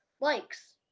likes